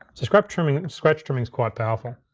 so scratch trimming's scratch trimming's quite powerful.